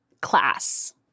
class